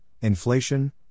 inflation